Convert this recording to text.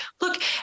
Look